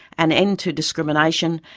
an end to discrimination,